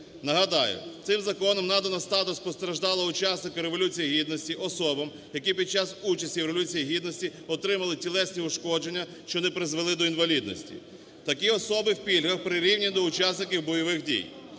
Нагадаю, цим законом надано статус постраждалого учасника Революції Гідності особам, які під час участі в Революції Гідності отримали тілесні ушкодження, що не призвели до інвалідності. Такі особи в пільгах прирівняні до учасників бойових дій.